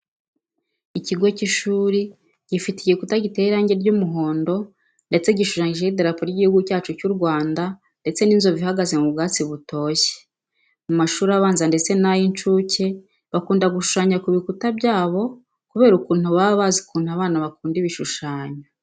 Ikigo cy'ishuri gifite igikuta giteye irangi ry'umuhondo ndetse gishushanyijeho idarapo ry'igihugu cyacu cy'u Rwanda ndetse n'inzovu ihagaze mu bwatsi butoshye. Mu mashuri abanza ndetse n'ay'inshuke bakunda gushushanya ku bikuta byaho kubera ukuntu baba bazi ukuntu abana bakunda ibishushanyo.